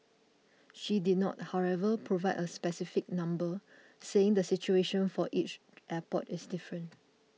she did not however provide a specific number saying the situation for each airport is different